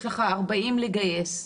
יש לך 40 לגייס.